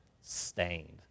stained